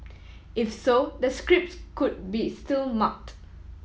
if so the scripts could be still marked